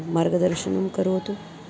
मार्गदर्शनं करोतु